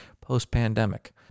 post-pandemic